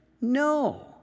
No